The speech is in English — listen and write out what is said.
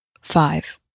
five